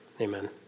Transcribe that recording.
amen